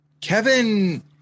Kevin